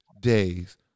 days